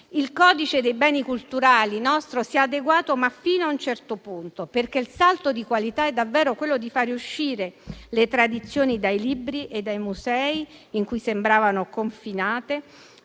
codice dei beni culturali si è adeguato, ma fino a un certo punto, perché il salto di qualità consiste nel far uscire davvero le tradizioni dai libri e dai musei, in cui sembravano confinate,